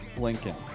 Lincoln